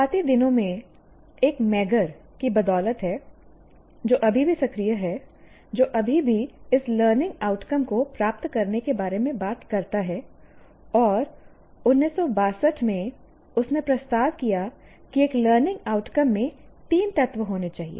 शुरुआती दिनों में से एक मैगर की बदौलत है जो अभी भी सक्रिय है जो अभी भी इस लर्निंग आउटकम को प्राप्त करने के बारे में बात करता है और 1962 में उसने प्रस्ताव किया कि एक लर्निंग आउटकम में 3 तत्व होने चाहिए